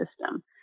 system